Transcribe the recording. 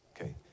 Okay